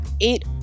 eight